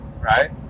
right